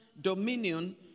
dominion